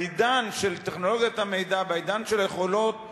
בעידן של טכנולוגיית המידע, בעידן של היכולות,